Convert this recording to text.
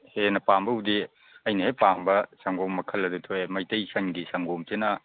ꯍꯦꯟꯅ ꯄꯥꯝꯕꯕꯨꯗꯤ ꯑꯩꯅ ꯍꯦꯛ ꯄꯥꯝꯕ ꯁꯪꯒꯣꯝ ꯃꯈꯜ ꯑꯗꯨ ꯊꯣꯛꯑꯦ ꯃꯩꯇꯩ ꯁꯟꯒꯤ ꯁꯪꯒꯣꯝꯁꯤꯅ